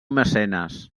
mecenes